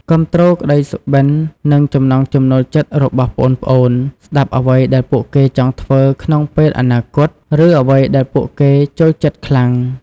គាំទ្រក្តីសុបិន និងចំណង់ចំណូលចិត្តរបស់ប្អូនៗ ស្តាប់អ្វីដែលពួកគេចង់ធ្វើក្នុងពេលអនាគត ឬអ្វីដែលពួកគេចូលចិត្តខ្លាំង។